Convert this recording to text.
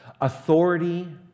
authority